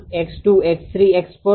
તેથી આપણે 𝑥1̇ 𝑥2̇ 𝑥3̇ 𝑥4̇